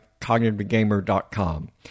cognitivegamer.com